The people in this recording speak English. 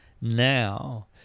now